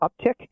uptick